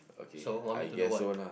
so want me to do what